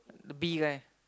the B guy